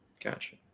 Gotcha